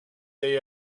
they